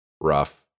rough